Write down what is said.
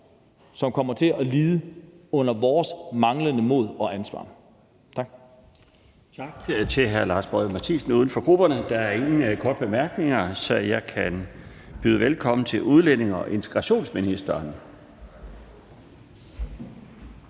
som kommer til at lide under vores manglende mod og ansvar. Tak.